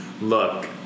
look